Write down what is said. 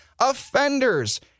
offenders